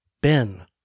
Ben